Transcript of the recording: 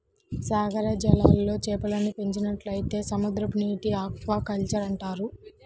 సాగర జలాల్లో చేపలను పెంచినట్లయితే సముద్రనీటి ఆక్వాకల్చర్ అంటారు